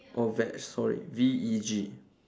or veg sorry V E G